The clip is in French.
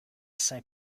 saint